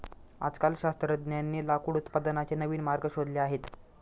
आजकाल शास्त्रज्ञांनी लाकूड उत्पादनाचे नवीन मार्ग शोधले आहेत